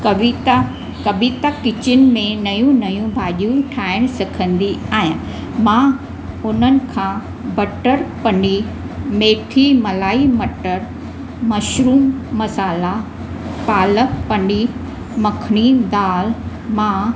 कविता Kabita kitchen में नयूं नयूं भाॼियूं ठाहिणु सिखंदी आहियां मां हुननि खां बटर पनीर मेथी मलाई मटर मशरुम मसाला पालक पनीर मक्खणी दाल मां